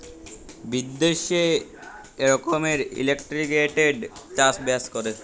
বিদ্যাশে ই রকমের ইলটিগ্রেটেড চাষ বাস ক্যরা হ্যয়